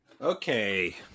Okay